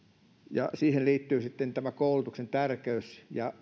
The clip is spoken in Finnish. siihen liittyy sitten tämä koulutuksen tärkeys ja